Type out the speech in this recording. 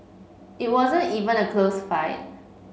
it wasn't even a close fight